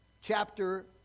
chapter